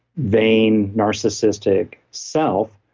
vain, narcissistic self,